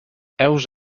heus